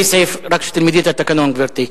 רק שתלמדי את התקנון, גברתי,